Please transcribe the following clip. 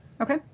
Okay